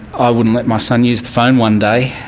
i wouldn't let my son use the phone one day